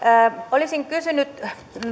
olisin kysynyt